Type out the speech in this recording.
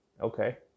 Okay